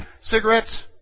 cigarettes